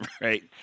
Right